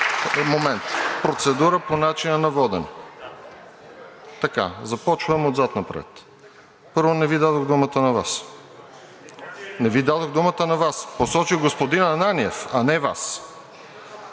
това е процедура по начина на водене, започвам отзад напред. Първо, не Ви дадох думата на Вас. Не Ви дадох думата на Вас, посочих господин Ананиев, а не Вас.